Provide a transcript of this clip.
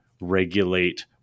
regulate